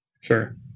Sure